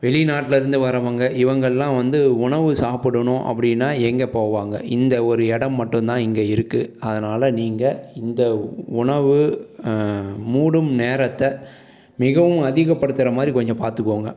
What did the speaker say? வெளிநாட்டில் இருந்து வரவங்க இவங்கெல்லாம் வந்து உணவு சாப்பிடணும் அப்படின்னா எங்கள் போவாங்க இந்த ஒரு இடம் மட்டும் தான் இங்கே இருக்கு அதனால் நீங்கள் இந்த உணவு மூடும் நேரத்தை மிகவும் அதிகப்படுத்துகிற மாதிரி கொஞ்சம் பார்த்துக்கோங்க